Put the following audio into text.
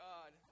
God